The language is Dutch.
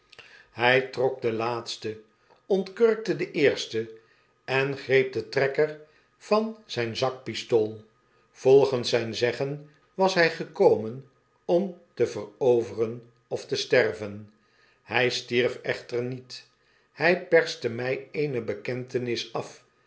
hy trok den laatsten ontkurkte de eerste en greep de trekker van zyn zakpistool volgens zrjn zeggen was hy gekomen om te veroveren or te sterven hy stierf echter niet hy perste my eene bekentenis af